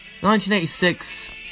1986